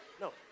no